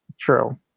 True